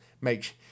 make